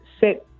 set